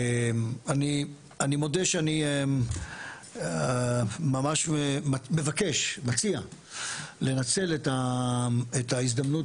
אני מודה שאני ממש מבקש מציע לנצל את ההזדמנות